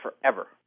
forever